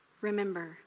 remember